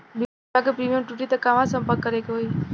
बीमा क प्रीमियम टूटी त कहवा सम्पर्क करें के होई?